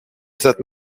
cette